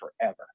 forever